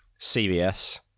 CVS